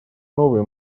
новые